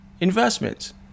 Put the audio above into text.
investments